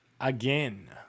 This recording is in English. again